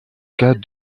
cas